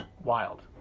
Wild